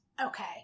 Okay